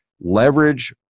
leverage